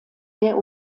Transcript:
der